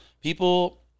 people